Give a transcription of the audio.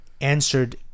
answered